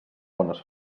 bones